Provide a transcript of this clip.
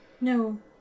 No